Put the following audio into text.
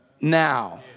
now